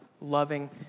loving